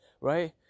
right